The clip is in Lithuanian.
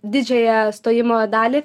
didžiąją stojimo dalį